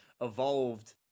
evolved